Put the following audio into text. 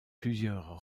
plusieurs